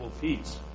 peace